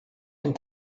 den